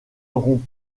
rompt